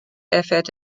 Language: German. erfährt